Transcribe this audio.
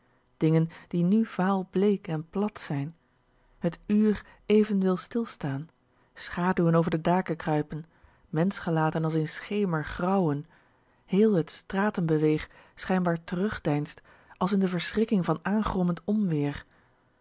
dingen die nu vaalbleek en plat zijn het uur even wil stilstaan schaduwen over de daken kruipen menschgelaten als in schemer grauwen heel het stratenbeweeg schijnbaar terugdeinst als in de verschrikking van aangrommend onweer